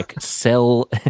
sell